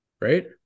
Right